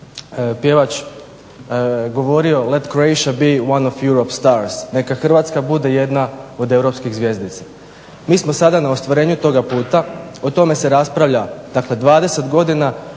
pjevač govorio "let Croatia be one of eurostars", neka Hrvatska bude jedna od europskih zvjezdica. Mi smo sada na ostvarenju toga puta, o tome se raspravlja dakle 20 godina,